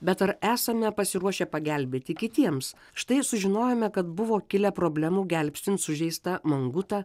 bet ar esame pasiruošę pagelbėti kitiems štai sužinojome kad buvo kilę problemų gelbstint sužeistą mangutą